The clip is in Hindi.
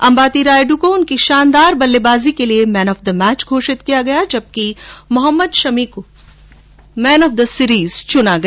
अम्बाती रायडू को उनकी शानदार बल्लेबाजी के लिये मैन ऑफ द मैच घोषित किया गया जबकि मोहम्मद शमी को मैन ऑफ द सीरिज चुना गया